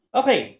okay